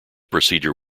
procedure